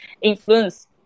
influence